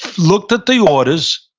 looked at the orders,